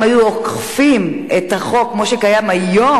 אם היו אוכפים את החוק כמו שקיים היום,